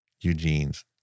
Eugene's